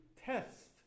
test